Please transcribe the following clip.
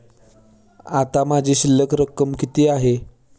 आता माझी शिल्लक रक्कम किती आहे?